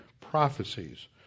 prophecies